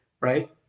Right